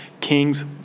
Kings